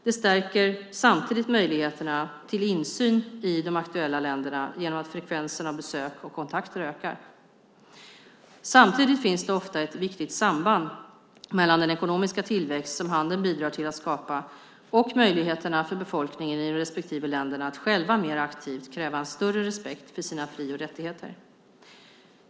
Det stärker samtidigt möjligheterna till insyn i de aktuella länderna genom att frekvensen av besök och kontakter ökar. Samtidigt finns det ofta ett viktigt samband mellan den ekonomiska tillväxt som handeln bidrar till att skapa och möjligheterna för befolkningen i de respektive länderna att själva mer aktivt kräva en större respekt för sina fri och rättigheter.